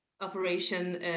Operation